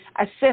assist